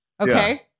Okay